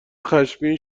خشمگین